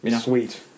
Sweet